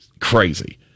crazy